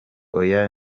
oya